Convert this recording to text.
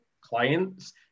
clients